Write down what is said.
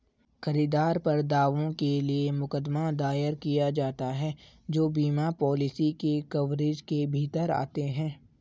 खरीदार पर दावों के लिए मुकदमा दायर किया जाता है जो बीमा पॉलिसी के कवरेज के भीतर आते हैं